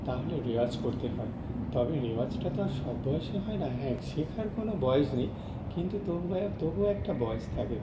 তাহলে রেওয়াজ করতে হয় তবে রেওয়াজটা তো আর সব বয়সে হয় না হ্যাঁ শেখার কোনো বয়স নেই কিন্তু তবু এ তবু একটা বয়স থাকে